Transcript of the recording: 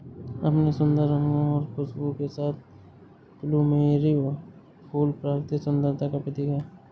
अपने सुंदर रंगों और खुशबू के साथ प्लूमेरिअ फूल प्राकृतिक सुंदरता का प्रतीक है